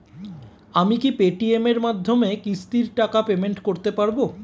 আমি কি Paytm এর মাধ্যমে কিস্তির টাকা পেমেন্ট করতে পারব?